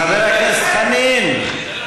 חבר הכנסת חנין,